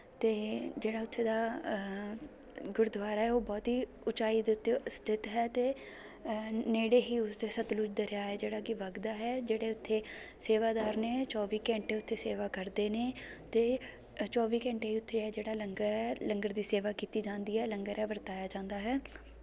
ਅਤੇ ਜਿਹੜਾ ਉੱਥੇ ਦਾ ਗੁਰਦੁਆਰਾ ਹੈ ਉਹ ਬਹੁਤ ਹੀ ਉਚਾਈ ਦੇ ਉੱਤੇ ਸਥਿਤ ਹੈ ਅਤੇ ਨੇੜੇ ਹੀ ਉਸਦੇ ਸਤਲੁਜ ਦਰਿਆ ਹੈ ਜਿਹੜਾ ਕਿ ਵੱਗਦਾ ਹੈ ਜਿਹੜੇ ਉੱਥੇ ਸੇਵਾਦਾਰ ਨੇ ਚੌਵੀ ਘੰਟੇ ਉੱਥੇ ਸੇਵਾ ਕਰਦੇ ਨੇ ਅਤੇ ਚੌਵੀ ਘੰਟੇ ਉੱਥੇ ਹੈ ਜਿਹੜਾ ਲੰਗਰ ਹੈ ਲੰਗਰ ਦੀ ਸੇਵਾ ਕੀਤੀ ਜਾਂਦੀ ਹੈ ਲੰਗਰ ਹੈ ਵਰਤਾਇਆ ਜਾਂਦਾ ਹੈ